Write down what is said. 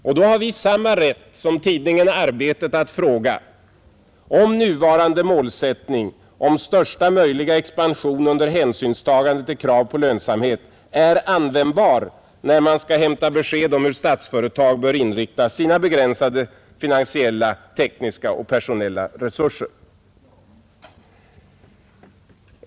Vi har samma rätt som tidningen Arbetet att fråga, om nuvarande målsättning med största möjliga expansion under hänsynstagande till krav på lönsamhet är användbar när man skall inhämta besked om hur Statsföretag bör inrikta sina begränsade finansiella, tekniska och personella resurser.